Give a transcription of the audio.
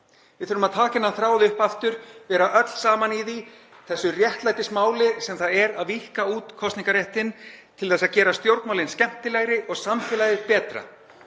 Við þurfum að taka þennan þráð upp aftur og vera öll saman í því, þessu réttlætismáli sem það er að víkka út kosningarréttinn til að gera stjórnmálin skemmtilegri og samfélagið betra.